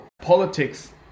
politics